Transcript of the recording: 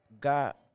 got